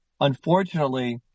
Unfortunately